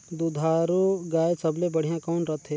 दुधारू गाय सबले बढ़िया कौन रथे?